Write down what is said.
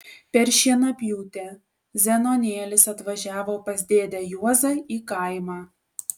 per šienapjūtę zenonėlis atvažiavo pas dėdę juozą į kaimą